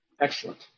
Excellent